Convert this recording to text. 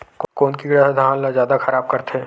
कोन कीड़ा ह धान ल जादा खराब करथे?